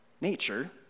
nature